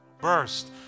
burst